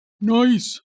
Nice